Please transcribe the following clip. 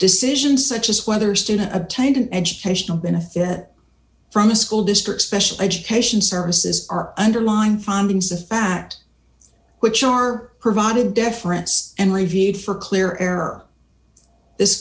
decisions such as whether student obtained an educational benefit from a school district special education services are underlined findings of fact which are provided deference and reviewed for clear error this